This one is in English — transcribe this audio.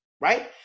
right